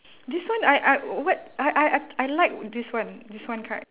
this one I I what I I I I like this one this one card